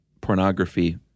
pornography